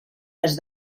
les